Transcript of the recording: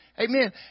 Amen